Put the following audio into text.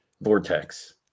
vortex